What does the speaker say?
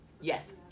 Yes